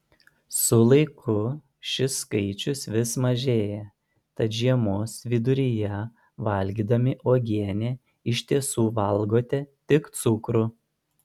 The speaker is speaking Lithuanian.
su laiku šis skaičius vis mažėja tad žiemos viduryje valgydami uogienę iš tiesų valgote tik cukrų